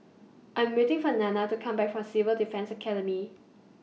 I'm waiting For Nanna to Come Back from Civil Defence Academy